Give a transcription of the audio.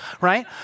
right